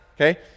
okay